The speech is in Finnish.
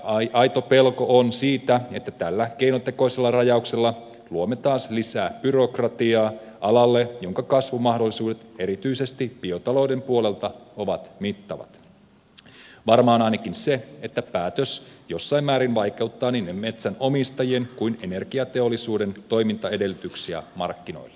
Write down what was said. on aito pelko siitä että tällä keinotekoisella rajauksella luomme taas lisää byrokratiaa alalle jonka kasvumahdollisuudet erityisesti biotalouden puolelta ovat mittavat varmaan ainakin niin että päätös jossain määrin vaikeuttaa niin metsänomistajien kuin energiateollisuuden toimintaedellytyksiä markkinoilla